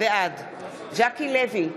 בעד ז'קי לוי,